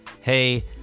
hey